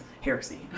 heresy